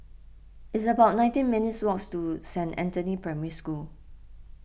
it's about nineteen minutes' walk to Saint Anthony's Primary School